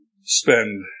spend